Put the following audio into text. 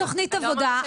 אם אין תוכנית עבודה,